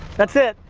that's it,